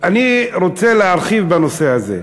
אני רוצה להרחיב בנושא הזה.